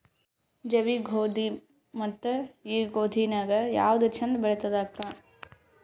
ಜವಿ ಗೋಧಿ ಮತ್ತ ಈ ಗೋಧಿ ನ್ಯಾಗ ಯಾವ್ದು ಛಂದ ಬೆಳಿತದ ಅಕ್ಕಾ?